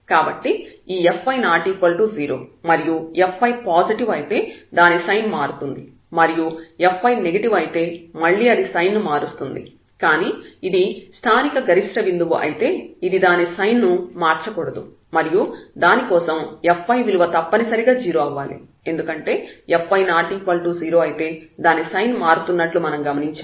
కాబట్టి ఈ fy ≠ 0 మరియు fy పాజిటివ్ అయితే దాని సైన్ మారుతుంది మరియు fy నెగిటివ్ అయితే మళ్ళీ అది సైన్ ను మారుస్తుంది కానీ ఇది స్థానిక గరిష్ట బిందువు అయితే ఇది దాని సైన్ ను మార్చకూడదు మరియు దానికోసం fy విలువ తప్పనిసరిగా 0 అవ్వాలి ఎందుకంటే fy ≠ 0 అయితే దాని సైన్ మారుతున్నట్లు మనం గమనించాము